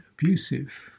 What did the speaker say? abusive